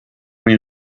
muy